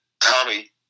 Tommy